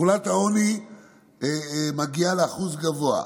תחולת העוני בה מגיעה לאחוז גבוה.